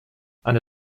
eine